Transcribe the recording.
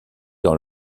dans